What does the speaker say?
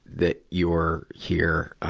that you are here.